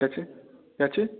क्या चीज़ क्या चीज़